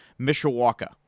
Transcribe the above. Mishawaka